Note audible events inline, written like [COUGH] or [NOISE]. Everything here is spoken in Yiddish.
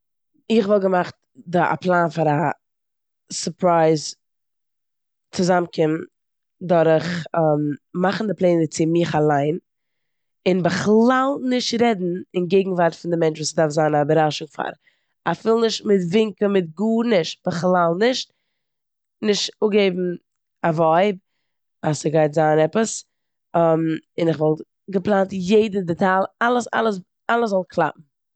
איך וואלט געמאכט ד- א פלאן פאר א סורפייז צוזאמקום דורך [HESITATION] מאכן די פלענער צו מיך אללין און בכלל נישט רעדן און געגנווארט פון די מענטש וואס ס'דארף זיין א איבערראשונג פאר. אפילו נישט מיט ווינקען, מיט גארנישט, בכלל נישט. נישט אפגעבן א ווייב אז ס'גייט זיין עפעס [HESITATION] און כ'וואלט געפלאנט יעדע דיטאל, אלעס אלעס אלעס זאל קלאפן.